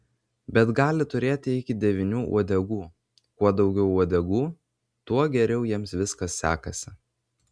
bet gali turėti iki devynių uodegų kuo daugiau uodegų tuo geriau jiems viskas sekasi